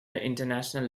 international